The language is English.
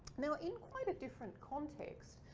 now in quite a different context,